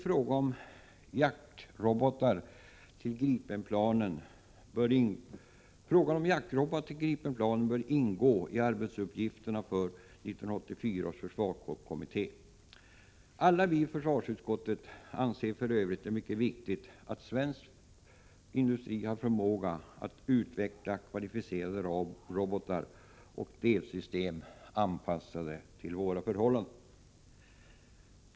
Frågan om jaktrobotar till Gripenplanen bör ingå i arbetsuppgifterna för 1984 års försvarskommitté. Vi i försvarsutskottet anser det mycket viktigt att svensk industri har förmåga att utveckla kvalificerade robotar och delsystem anpassade till våra förhållanden.